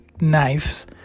knives